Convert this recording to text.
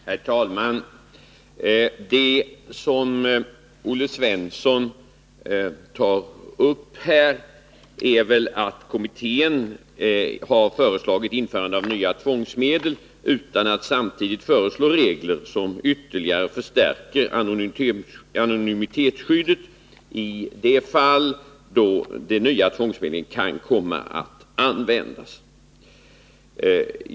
Herr talman! Det som Olle Svensson tar upp här är väl att kommittén har föreslagit införande av nya tvångsmedel utan att samtidigt föreslå regler som ytterligare förstärker anonymitetsskyddet i de fall då de nya tvångsmedlen kan komma att användas.